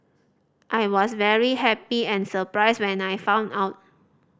I was very happy and surprised when I found out